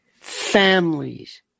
families